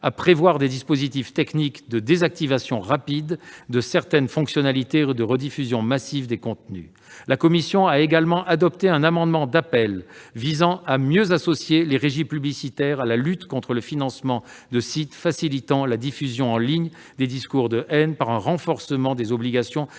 à prévoir des dispositifs techniques de désactivation rapide de certaines fonctionnalités de rediffusion massive des contenus. La commission a également adopté un amendement d'appel visant à mieux associer les régies publicitaires à la lutte contre le financement de sites facilitant la diffusion en ligne des discours de haine par un renforcement des obligations de